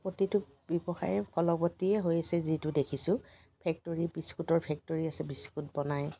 প্ৰতিটো ব্যৱসায়ে ফলৱতীয়ে হৈছে যিটো দেখিছোঁ ফেক্টৰী বিস্কুতৰ ফেক্টৰী আছে বিস্কুত বনায়